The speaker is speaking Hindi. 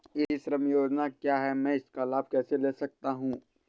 ई श्रम योजना क्या है मैं इसका लाभ कैसे ले सकता हूँ?